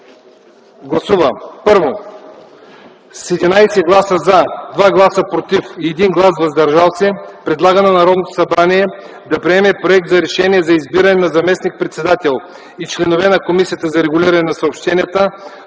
и съобщения: 1. С 11 гласа „за”, 2 гласа „против” и 1 глас „въздържал се” предлага на Народното събрание да приеме проект за Решение за избиране на заместник-председател и членове на Комисията за регулиране на съобщенията,